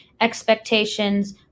expectations